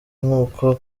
nk’uko